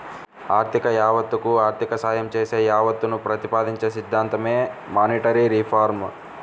ఆర్థిక యావత్తకు ఆర్థిక సాయం చేసే యావత్తును ప్రతిపాదించే సిద్ధాంతమే మానిటరీ రిఫార్మ్